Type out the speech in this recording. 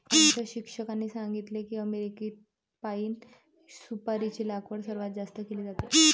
आमच्या शिक्षकांनी सांगितले की अमेरिकेत पाइन सुपारीची लागवड सर्वात जास्त केली जाते